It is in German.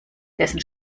dessen